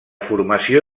formació